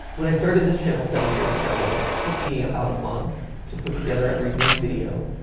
when i started this channel seven years ago, it took me about a month to put together every new video.